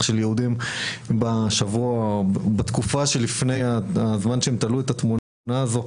של יהודים בתקופה שלפני הזמן שהם תלו את התמונה הזו,